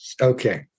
Okay